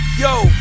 Yo